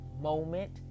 moment